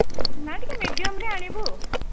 ନା ଟିକେ ମିଡ଼ିୟମ୍ରେ ଆଣିବୁ